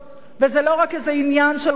וזה לא רק איזה עניין של חולשה,